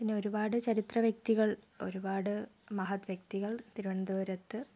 പിന്നെ ഒരുപാട് ചരിത്ര വ്യക്തികൾ ഒരുപാട് മഹത് വ്യക്തികൾ തിരുവനന്തപുരത്ത്